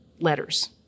letters